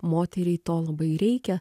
moteriai to labai reikia